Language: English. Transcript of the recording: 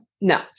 No